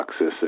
toxicity